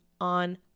on